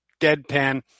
deadpan